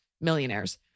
millionaires